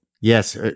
Yes